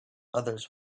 others